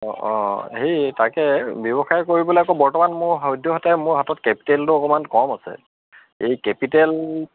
অঁ অঁ হেৰি তাকে ব্যৱসায় কৰিবলৈ আকৌ বৰ্তমান মোৰ সদ্যহতে মোৰ হাতত কেপিটেলটো অকণমান কম আছে এই কেপিটেল